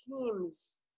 teams